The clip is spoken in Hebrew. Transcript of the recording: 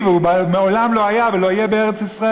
והוא מעולם לא היה ולא יהיה בארץ-ישראל,